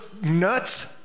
nuts